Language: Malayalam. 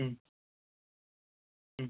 മ് മ്